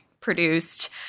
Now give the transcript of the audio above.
produced